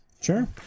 Sure